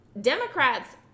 Democrats